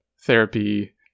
therapy